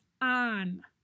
on